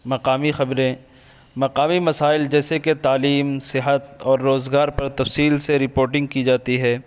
مقامی خبریں مقامی مسائل جیسے کہ تعلیم صحت اور روزگار پر تفصیل سے رپورٹنگ کی جاتی ہے